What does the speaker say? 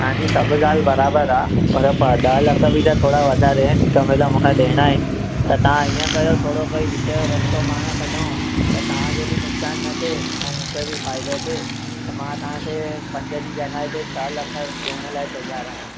तव्हांजी सभु ॻाल्हि बराबरु आहे पर त ॾह लख बि त थोरा वधारिया आहिनि हिकु महिल मूंखां ॾियणा आहिनि त तव्हां इअं कयो थोरो कोई विच जो रस्तो पाण कढूं त तव्हां जो बि नुक़सान न थिए ऐं मूंखे बि फ़ाइदो थिए त मां तव्हांखे पंज जी जॻहि ते छह लख ॾियण लाइ तयारु आहियां